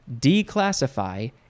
declassify